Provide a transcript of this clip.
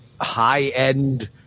high-end